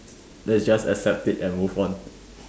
let's just accept it and move on